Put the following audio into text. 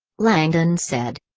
langdon said.